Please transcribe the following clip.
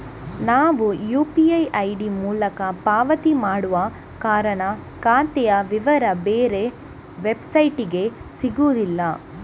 ನಾವು UPI ID ಮೂಲಕ ಪಾವತಿ ಮಾಡುವ ಕಾರಣ ಖಾತೆಯ ವಿವರ ಬೇರೆ ವೆಬ್ಸೈಟಿಗೆ ಸಿಗುದಿಲ್ಲ